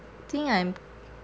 think I'm